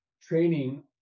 training